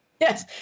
Yes